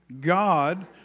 God